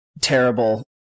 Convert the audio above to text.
terrible